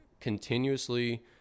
continuously